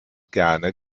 gerne